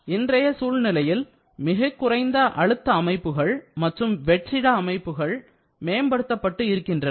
இன்றைய சூழ்நிலையில் மிகக்குறைந்த அழுத்த அமைப்புகள் மற்றும் வெற்றிட அமைப்புகள் மேம்படுத்தப்பட்டு இருக்கின்றன